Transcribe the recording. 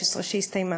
שהסתיימה,